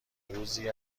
روزی